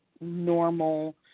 normal